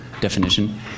definition